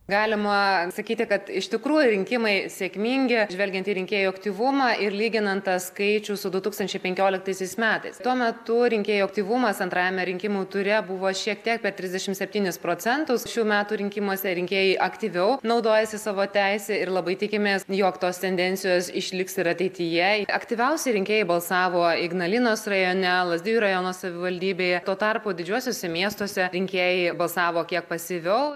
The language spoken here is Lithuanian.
galima sakyti kad iš tikrųjų rinkimai sėkmingi žvelgiant į rinkėjų aktyvumą ir lyginant tą skaičių su du tūkstančiai penkioliktaisiais metais tuo metu rinkėjų aktyvumas antrajame rinkimų ture buvo šiek tiek per trisdešimt septynis procentus šių metų rinkimuose rinkėjai aktyviau naudojasi savo teise ir labai tikimės jog tos tendencijos išliks ir ateityje aktyviausi rinkėjai balsavo ignalinos rajone lazdijų rajono savivaldybėje tuo tarpu didžiuosiuose miestuose rinkėjai balsavo kiek pasyviau